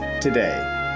today